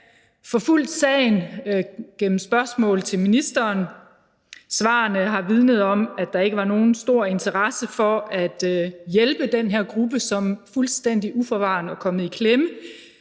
forfulgt sagen gennem spørgsmål til ministeren. Svarene har vidnet om, at der ikke var nogen stor interesse for at hjælpe den her gruppe, som fuldstændig uforvarende var kommet i klemme.